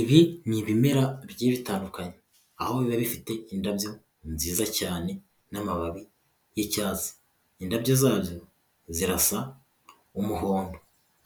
Ibi ni ibimera bigiye bitandukanye aho biba bifite indabyo nziza cyane n'amababi y'icyatsi, indabyo zabyo zirasa umuhondo